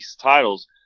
titles